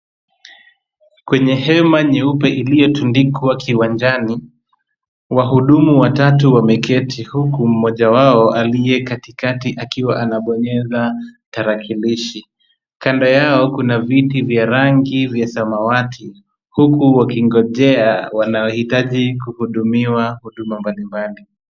Kwenye hema nyeupe iliyotundikwa kiwanjani, wahudumu watatu wameketi huku mmoja wao aliye katikati akiwa anabonyeza tarakilishi. Kando yao kuna viti vya rangi vya samawati huku wakingonjea wanaohitaji kuhudumiwa huduma mbali mbali.